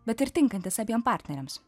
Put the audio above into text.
bet ir tinkantis abiem partneriams